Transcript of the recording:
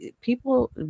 people